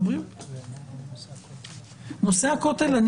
נושא הכותל,